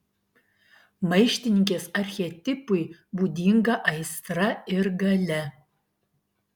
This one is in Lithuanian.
maištininkės archetipui būdinga aistra ir galia